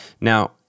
Now